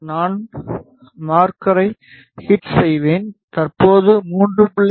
நான் மார்க்கரைத் ஹிட் செய்வேன் தற்போது 3